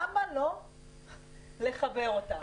למה לא לחבר אותם?